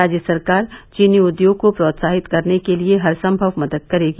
राज्य सरकार चीनी उद्योग को प्रोत्साहित करने के लिये हर सम्मव मदद करेगी